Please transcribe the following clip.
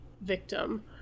victim